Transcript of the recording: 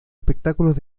espectáculos